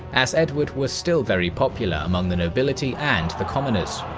as edward was still very popular among the nobility and the commoners.